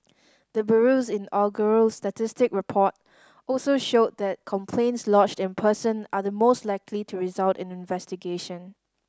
the bureau's inaugural statistic report also showed that complaints lodged in person are the most likely to result in investigation